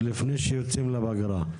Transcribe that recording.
לפני שיוצאים לפגרה,